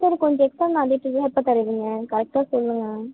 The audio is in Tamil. சரி கொஞ்சம் எக்ஸ்ட்டன் ஆக்கிக்கோங்க எப்போ தருவீங்க கரெக்டாக சொல்லுங்க